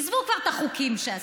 עזבו כבר את החוקים שעשיתי,